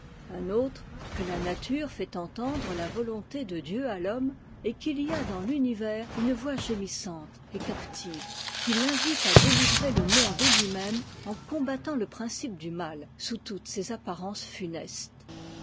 un autre que la nature fait entendre la volonté de dieu à l'homme et qu'il y a dans l'univers une vqix gémissante et captive qui l'invite à délivrer le monde et lui-même en combattant le principe du mal sous toutes ses apparences funestes